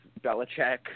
Belichick –